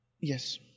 Yes